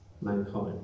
mankind